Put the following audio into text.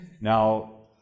Now